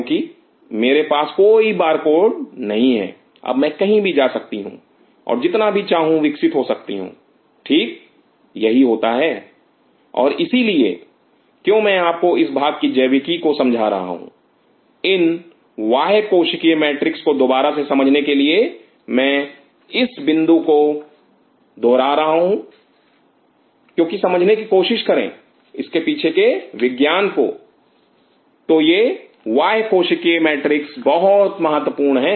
क्योंकि मेरे पास कोई बारकोड नहीं है अब मैं कहीं भी जा सकती हूं और जितना भी मैं चाहूं विकसित हो सकती हूं ठीक यही होता है और इसीलिए क्यों मैं आपको इस भाग की जैविकी को समझा रहा हूं इन बाह्य कोशिकीय मैट्रिक्स को दोबारा से समझने के लिए मैं इस बिंदु को दोबारा से दोहरा रहा हूं क्योंकि समझने की कोशिश करें इसके पीछे के विज्ञान को तो यह बाह्य कोशिकीय मैट्रिक्स बहुत महत्वपूर्ण हैं